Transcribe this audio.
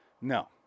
No